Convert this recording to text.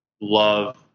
love